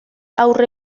aurre